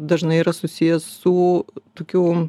dažnai yra susijęs su tokiu